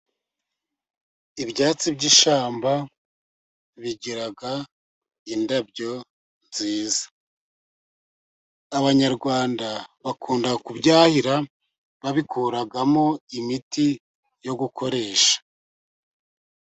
Ibyatsi by'ishyamba bigira indabyo nziza. Abanyarwanda bakunda kubyahira, babikuramo imiti yo gukoresha.